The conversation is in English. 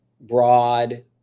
broad